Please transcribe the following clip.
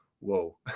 whoa